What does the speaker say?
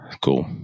Cool